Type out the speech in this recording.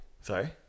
Sorry